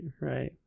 right